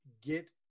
get